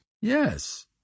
Yes